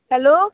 hello